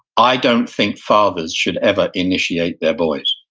i don't think fathers should ever initiate their boys.